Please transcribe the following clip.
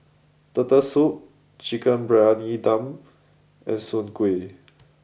Turtle Soup Chicken Briyani Dum and Soon Kuih